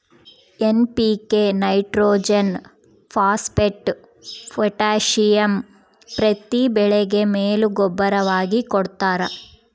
NPK nitrogen phosphate potassium ಪ್ರತಿ ಬೆಳೆಗೆ ಮೇಲು ಗೂಬ್ಬರವಾಗಿ ಕೊಡ್ತಾರ